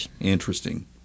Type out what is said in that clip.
interesting